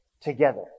together